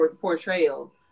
portrayal